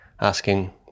asking